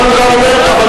אבל הוא גם אומר שהחוק